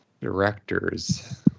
Directors